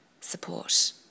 support